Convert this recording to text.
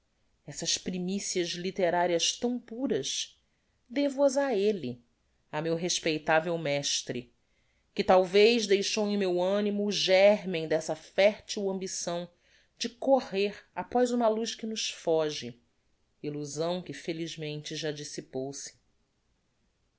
essas primicias litterarias tão puras devo as á elle á meu respeitavel mestre que talvez deixou em meu animo o germen dessa fertil ambição de correr apoz uma luz que nos foge illusão que felizmente já dissipou-se